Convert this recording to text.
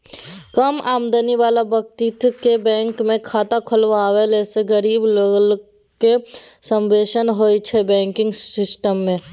कम आमदनी बला बेकतीकेँ बैंकमे खाता खोलबेलासँ गरीब लोकक समाबेशन होइ छै बैंकिंग सिस्टम मे